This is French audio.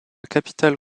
capitale